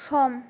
सम